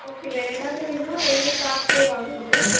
okay வேறு ஏதாவது வேணுன்னால் எங்கள் ஷாப்க்கே வாங்க மேம்